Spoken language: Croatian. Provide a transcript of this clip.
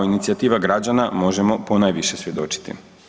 inicijativa građana možemo ponajviše svjedočiti.